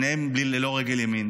שניהם ללא רגל ימין.